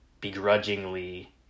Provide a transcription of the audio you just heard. begrudgingly